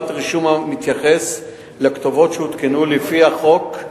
רישום המתייחס לכתובות שעודכנו לפי החוק,